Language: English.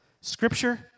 scripture